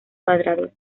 cuadrados